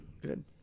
good